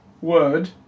word